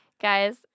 Guys